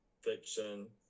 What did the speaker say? fiction